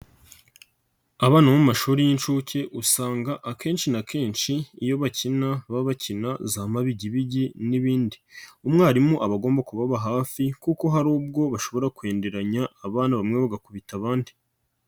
Abana bo mu mashuri y'inshuke usanga akenshi na kenshi iyo bakina baba bakina za mabigibigi n'ibindi, umwarimu aba agomba kubaba hafi kuko hari ubwo bashobora kwenderanya abana bamwe bagakubita abandi.